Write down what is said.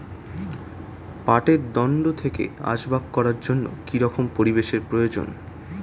পাটের দণ্ড থেকে আসবাব করার জন্য কি রকম পরিবেশ এর প্রয়োজন?